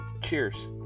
Cheers